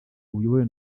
uyobowe